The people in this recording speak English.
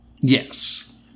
Yes